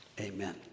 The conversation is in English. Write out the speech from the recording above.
Amen